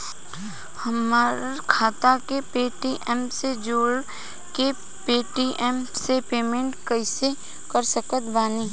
हमार खाता के पेटीएम से जोड़ के पेटीएम से पेमेंट कइसे कर सकत बानी?